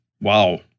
Wow